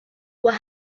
what